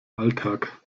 alltag